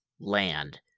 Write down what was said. land